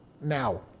now